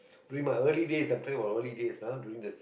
during my early days I'm talking about early days ah during the